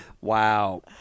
Wow